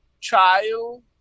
child